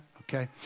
Okay